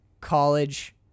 college